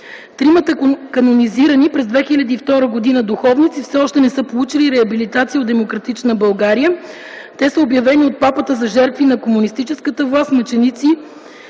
Тримата канонизирани през 2002 г. духовници все още не са получили реабилитация от демократична България. Те са обявени от папата за жертви на комунистическата власт, мъченици